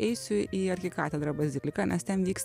eisiu į arkikatedrą baziliką nes ten vyks